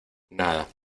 nada